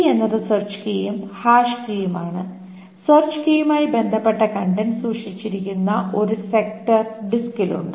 key എന്നത് search കീയും hash കീയും ആണ് സെർച്ച് കീയുമായി ബന്ധപ്പെട്ട കണ്ടന്റ്സ് സൂക്ഷിച്ചിരിക്കുന്ന ഒരു സെക്ടർ ഡിസ്കിൽ ഉണ്ട്